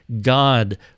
God